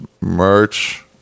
merch